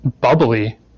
bubbly